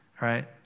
right